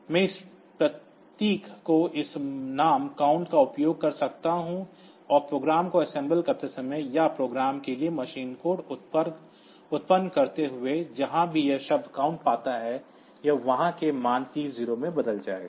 मैं इस प्रतीक को इस नाम count का उपयोग कर सकता हूं और प्रोग्राम को असेंबल करते समय या प्रोग्राम के लिए मशीन कोड उत्पन्न करते हुए जहां भी यह शब्द count पाता है यह वहां के मान 30 से बदल जाएगा